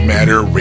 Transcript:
Matter